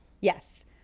Yes